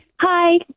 Hi